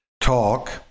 talk